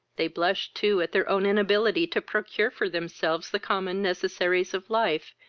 they blushed too at their own inability to procure for themselves the common necessaries of life,